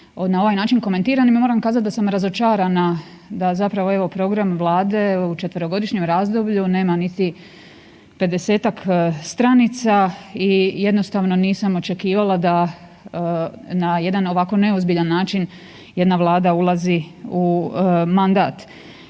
na ovaj način komentiram i moram kazati da sam razočarana da zapravo evo, program Vlade u 4-godišnjem razdoblju nema niti 50-tak stranica i jednostavno nisam očekivala da na jedan ovako neozbiljan način jedna Vlada ulazi u mandat.